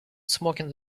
smoking